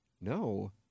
no